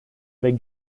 avec